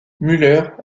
müller